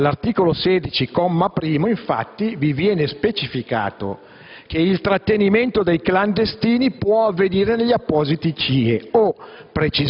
direttiva infatti viene specificato che il trattenimento dei clandestini può avvenire negli appositi CIE o,